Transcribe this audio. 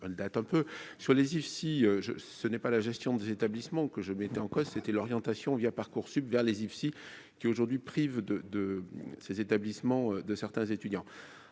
sur les ici, ce n'est pas la gestion des établissements que je mettais en cause c'était l'orientation via Parcoursup vers les IFSI qui aujourd'hui prive de de ces établissements de certains étudiants,